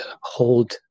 hold